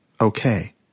okay